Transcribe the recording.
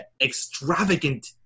extravagant